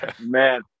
Man